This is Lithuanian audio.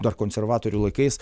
dar konservatorių laikais